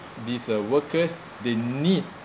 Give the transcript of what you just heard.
these uh workers they need